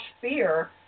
fear